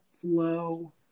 flow